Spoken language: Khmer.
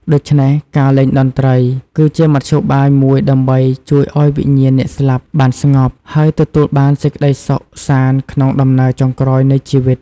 ដូច្នេះ ការលេងតន្ត្រី គឺជាមធ្យោបាយមួយដើម្បីជួយឲ្យវិញ្ញាណអ្នកស្លាប់បានស្ងប់ ហើយទទួលបានសេចក្ដីសុខសាន្តក្នុងដំណើរចុងក្រោយនៃជីវិត។